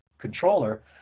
controller